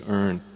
earn